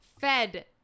Fed